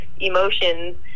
emotions